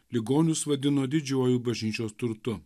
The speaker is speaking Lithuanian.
ligonius vadino didžiuoju bažnyčios turtu